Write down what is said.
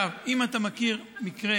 אם אתה מכיר מקרה,